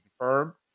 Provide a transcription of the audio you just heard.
confirm